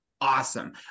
awesome